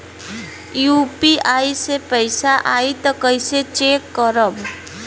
UPI से पैसा आई त कइसे चेक खरब?